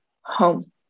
home